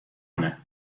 مونه